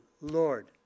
Lord